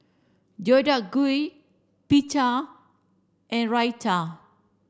Deodeok Gui Pita and Raita